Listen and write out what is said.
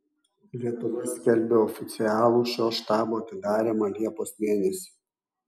lietuva skelbia oficialų šio štabo atidarymą liepos mėnesį